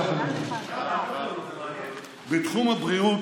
בתחום הבריאות,